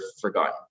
forgotten